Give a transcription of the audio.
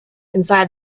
inside